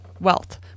wealth